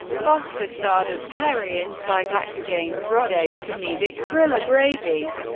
foster starred as kerry in psych actor james roday's comedic thriller gravy.